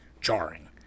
jarring